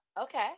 Okay